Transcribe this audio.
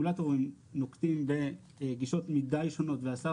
הרגולטורים נוקטים בגישות מידי שונות והשר